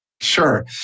Sure